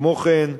כמו כן,